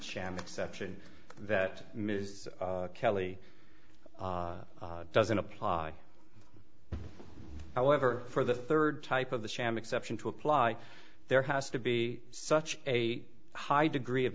sham exception that ms kelley doesn't apply however for the third type of the sham exception to apply there has to be such a high degree of